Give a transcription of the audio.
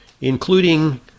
including